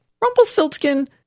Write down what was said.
Rumpelstiltskin